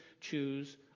choose